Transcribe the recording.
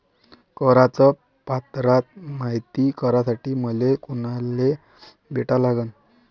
कराच पात्रता मायती करासाठी मले कोनाले भेटा लागन?